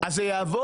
אז זה יעבור?